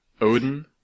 Odin